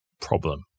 problem